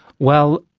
well,